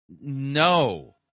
No